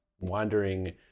wandering